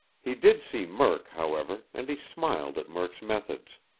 he did see murk, however, and he smiled at murk's methods.